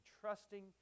trusting